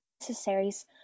necessaries